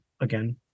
again